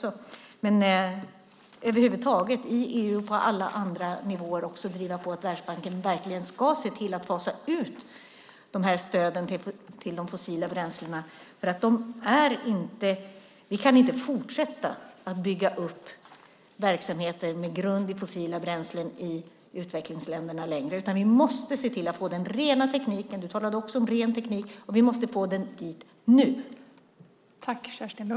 Det handlar om att i EU och över huvud taget på alla andra nivåer driva på att Världsbanken verkligen ska se till att fasa ut stöden till de fossila bränslena. Vi kan inte fortsätta att bygga upp verksamheter med grund i fossila bränslen i utvecklingsländerna längre. Vi måste se till att få den rena tekniken som också du talade om, och vi måste få den dit nu.